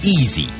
easy